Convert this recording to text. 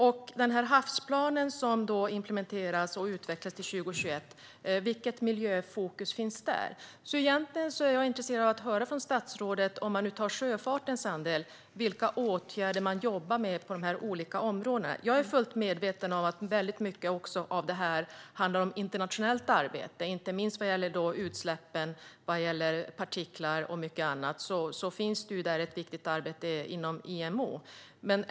Jag undrar också vilket miljöfokus som finns i den havsplan som utvecklas och ska implementeras till 2021. Jag är som sagt intresserad att få höra av statsrådet vilka åtgärder man jobbar med inom de olika områdena om man ser till sjöfarten. Jag är fullt medveten om att mycket av detta också handlar om internationellt arbete. Det gäller inte minst utsläpp, partiklar och mycket annat, och där har IMO ett viktigt arbete.